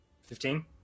Fifteen